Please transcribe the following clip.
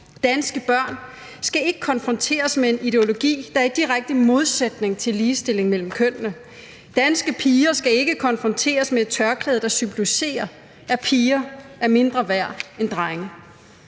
Danske børn skal ikke konfronteres med en ideologi, der er i direkte modsætning til ligestilling mellem kønnene. Danske piger skal ikke konfronteres med et tørklæde, der symboliserer, at piger er mindre værd end drenge.